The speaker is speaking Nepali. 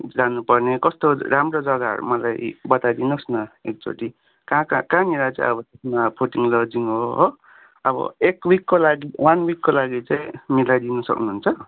जानु पर्ने कस्तो राम्रो जग्गाहरू मलाई बताइदिनुहोस् न एकचोटि कहाँ कहाँ कहाँनिर चाहिँ अब फुडिङ लजिङ हो हो अब एक विकको लागि वान विकको लागि चाहिँ मिलाइदिनु सक्नुहुन्छ